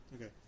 Okay